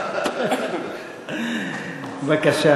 בבקשה,